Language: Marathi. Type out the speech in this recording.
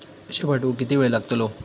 पैशे पाठवुक किती वेळ लागतलो?